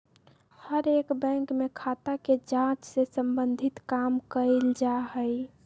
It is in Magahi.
हर एक बैंक में खाता के जांच से सम्बन्धित काम कइल जा हई